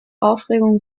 aufregung